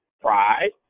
Pride